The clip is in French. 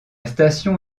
station